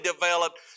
developed